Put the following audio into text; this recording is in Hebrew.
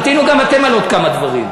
תמתינו גם אתם על עוד כמה דברים.